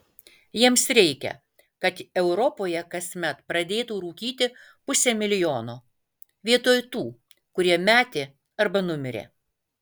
jiems reikia kad europoje kasmet pradėtų rūkyti pusė milijono vietoj tų kurie metė arba numirė